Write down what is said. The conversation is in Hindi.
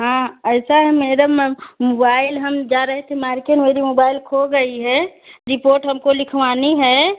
हाँ ऐसा है मैडम मैम मोबाइल हम जा रहे थे मार्केट मेरी मोबाइल खो गई है रिपोर्ट हमको लिखवानी है